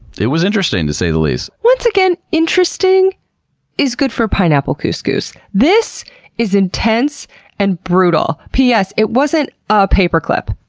it was interesting to say the least. once again, interesting is good for pineapple couscous. this is intense and brutal. p s, it wasn't a paperclip.